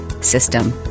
system